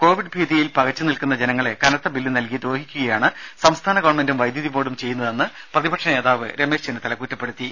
Covid ഭീതിയിൽ പകച്ചു നിൽക്കുന്ന ജനങ്ങളെ കനത്ത ബില്ല് നൽകി ദ്രോഹിക്കുകയാണ് സംസ്ഥാന ഗവൺമെന്റും വൈദ്യുതി ബോർഡും ചെയ്യുന്നതെന്നും പ്രതിപക്ഷ നേതാവ് രമേശ് ചെന്നിത്തല പറഞ്ഞു